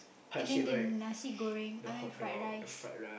and then the nasi-goreng I mean fried rice